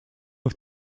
auf